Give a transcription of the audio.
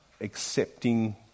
accepting